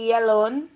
alone